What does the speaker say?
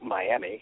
Miami